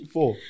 Four